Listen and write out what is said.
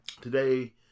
Today